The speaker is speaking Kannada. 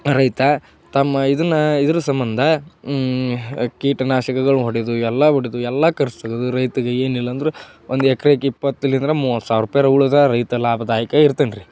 ರೈತ ತಮ್ಮ ಇದನ್ನು ಇದರ ಸಂಬಂಧ ಕೀಟನಾಶಕಗಳು ಹೊಡಿಯೋದು ಎಲ್ಲ ಹೊಡಿದು ಎಲ್ಲ ಖರ್ಚು ತೆಗ್ದು ರೈತಗೆ ಏನಿಲ್ಲಂದರೂ ಒಂದು ಎಕರೆಗೆ ಇಪ್ಪತ್ತರಿಂದ ಮೂವತ್ತು ಸಾವಿರ ರೂಪಾಯಾರ ಉಳದು ರೈತ ಲಾಭದಾಯಕ ಇರ್ತಾನೆ ರಿ